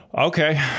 Okay